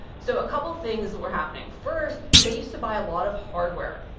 so a couple of things that were happening. first, they used to buy a lot of hardware,